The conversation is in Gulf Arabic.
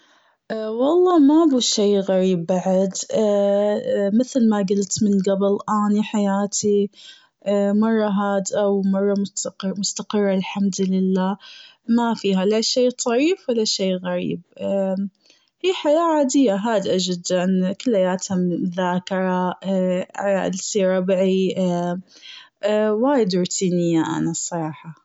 والله ما به شي غريب بعد مثل ما قلت من قبل أني حياتي مرة هادئة و مرة مست- مستقرة الحمد لله. ما فيها لا شيء طريف و لا شي غريب. في حياة عادية هادئة جداً كلياتها مذاكرة اجلس مع ربعي وايد روتينية أنا الصراحة.